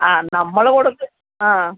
ആ നമ്മൾ കൊടുത്ത് ആ